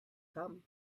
come